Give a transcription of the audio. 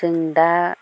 जों दा